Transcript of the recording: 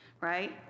right